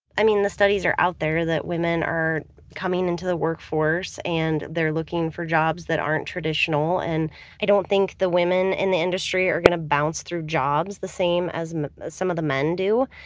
i mean the studies are out there that women are coming into the workforce and they're looking for jobs that aren't traditional. and i don't think the women in the industry are gonna bounce through jobs the same as some of the men do.